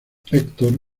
hector